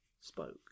spoke